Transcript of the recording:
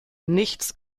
nichts